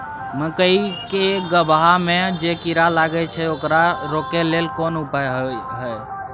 मकई के गबहा में जे कीरा लागय छै ओकरा रोके लेल कोन उपाय होय है?